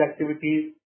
activities